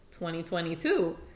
2022